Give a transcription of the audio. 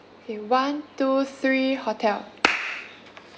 K one two three hotel